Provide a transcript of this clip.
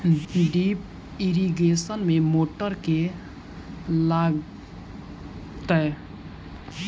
Drip irrigation मे motor केँ लागतै?